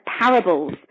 parables